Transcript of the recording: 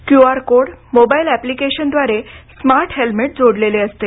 QR code mobile ए प्लिकेशनद्वारे smart helmet जोडलेले असते